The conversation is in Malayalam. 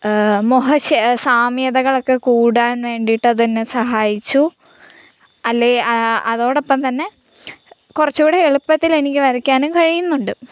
മൊഹ ശ് സാമ്യതകളൊക്കെ കൂടാൻ വേണ്ടീട്ട് അതെന്നെ സഹായിച്ചു അല്ലേ അതോടൊപ്പം തന്നെ കുറച്ചൂടെ എളുപ്പത്തിലെനിക്ക് വരക്കാനും കഴിയുന്നുണ്ട്